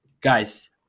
Guys